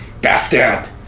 Bastard